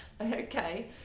okay